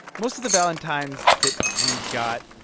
most of the valentines that we got,